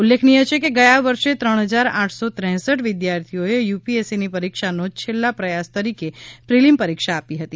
ઉલ્લેખનીય છે કે ગયા વર્ષે ત્રણ હજાર આઠસો ત્રેસઠ વિદ્યાર્થીઓએ યુપીએસસીની પરીક્ષાનો છેલ્લા પ્રયાસ તરીકે પ્રિલીમ પરીક્ષા આપી હતી